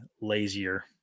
lazier